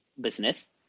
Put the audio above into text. business